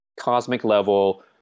cosmic-level